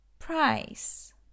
Price